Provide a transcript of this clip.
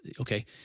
okay